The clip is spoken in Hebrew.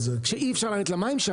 שאי אפשר לרדת שם למים.